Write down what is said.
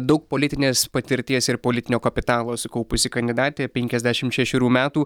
daug politinės patirties ir politinio kapitalo sukaupusi kandidatė penkiasdešimt šešerių metų